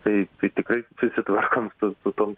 tai tai tikrai susitvarkom su su tom